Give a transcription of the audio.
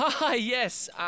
Yes